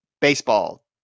baseball